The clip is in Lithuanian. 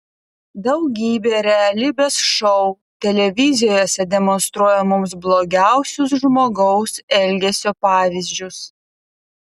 daugybė realybės šou televizijose demonstruoja mums blogiausius žmogaus elgesio pavyzdžius